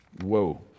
Whoa